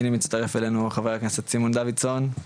הנה מצטרף אלינו חבר הכנסת סימון דוידסון,